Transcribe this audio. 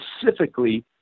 specifically